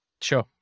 Sure